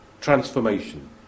transformation